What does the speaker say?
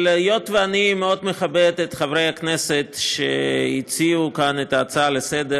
אבל היות שאני מאוד מכבד את חברי הכנסת שהציעו כאן את ההצעה לסדר,